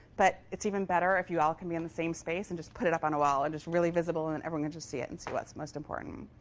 but it's even better if you all can be in the same space and just put it up on a wall. it's and just really visible, and everyone can just see it, and see what's most important.